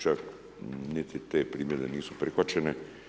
Čak niti te primjedbe nisu prihvaćene.